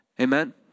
Amen